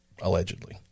Allegedly